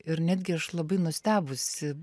ir netgi aš labai nustebusi